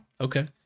Okay